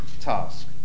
task